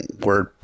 word